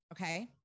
Okay